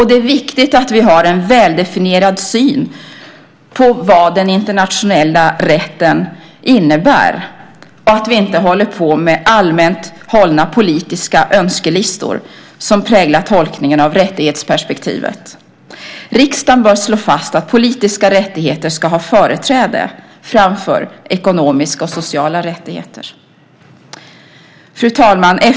Det är viktigt att vi har en väldefinierad syn på vad den internationella rätten innebär och att vi inte håller på med allmänt hållna politiska önskelistor som präglar tolkningen av rättighetsperspektivet. Riksdagen bör slå fast att politiska rättigheter ska ha företräde framför ekonomiska och sociala rättigheter. Fru talman!